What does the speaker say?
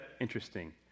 interesting